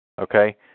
Okay